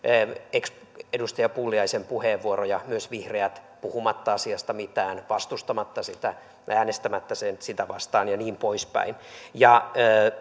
ex edustaja pulliaisen puheenvuoroja myös vihreät puhumatta asiasta mitään vastustamatta sitä äänestämättä sitä vastaan ja niin poispäin